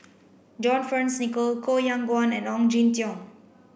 John Fearns Nicoll Koh Yong Guan and Ong Jin Teong